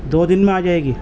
دو دن میں آ جائے گی